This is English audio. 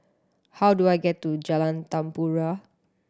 how do I get to Jalan Tempua